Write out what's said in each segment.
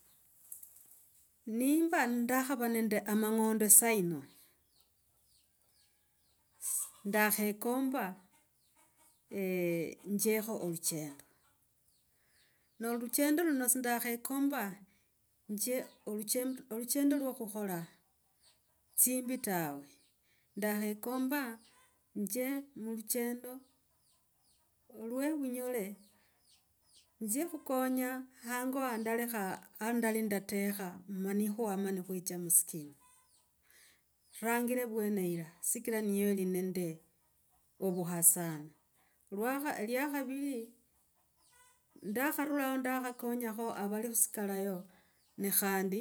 Nimba ndakhava nende amang’ondo saa yino, si ndakhekomba njekho oluchendo. Noluchendo luno si ndakho komba. Nje oluchendo iwa khukhola tsimbi tawe. Ndakhekomba, nje muluchendo iwo evunyole, nzie khukonya hango wandalekha, ha ndali ndatekha mani ni khuama ni kwicha muscheme. Rangier vwene irya sikira niye oli nende ovuhasana. Lya khaviri ndakharulao ndakhakonyakho avail khusikalayo ne khandi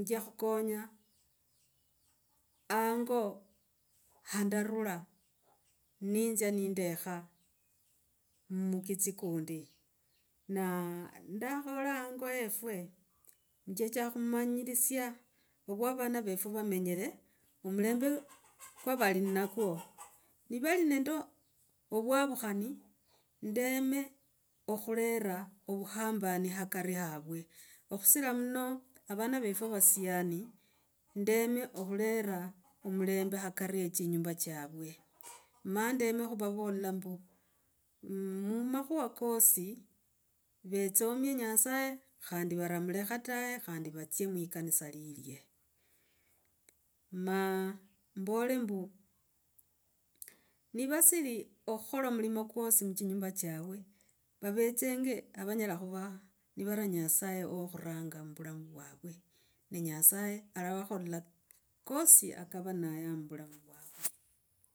nzia khukonya hango handarula ninzya nindekha mukitsi kundi. Na nakhola hango wefwe njicha khumanyilisia vwa avana vefwe vamenyile, omulembe kwa vali nakwo. Ni vali nende ovwakhauni, ndeme akhulera avuhambani akariavwe, okhusira muno avana vefwe vasiani ndeme okhulera omulembe akari echinyumba chiavwe. Ma ndeme khuvalola ombu mumakhuva kosi vetsomie nyasaye khandi varamlekha tawe khandi vatsie mulikanisa lilye. Ma mbole mbu nivasiri okhola mulimo kwosi muchinyumba chiavwe, vavetsenge avanyela khuva nivara nyasaye wakhuranga muvulamu vwave ne nyasaye alavakhola kosi kavanaya muvulamu vwave.